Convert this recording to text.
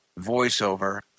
voiceover